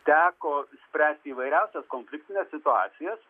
teko spręsti įvairiausias konfliktines situacijas